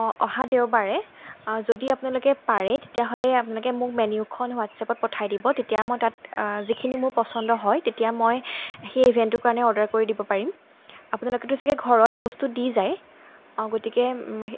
অঁ অহা দেওবাৰে যদি আপোনালোকে পাৰে তেতিয়াহ'লে আপোনালোকে মোক মেন্যুখন হোৱাটচাপত পঠাই দিব তেতিয়া মই তাত যিখিনি মোৰ পচন্দ হয় তেতিয়া মই সেই ইভেণ্টটোৰ কাৰণে অৰ্ডাৰ কৰি দিব পাৰিম আপোনালোকেতো চাগৈ ঘৰত বস্তু দি যায় অঁ গতিকে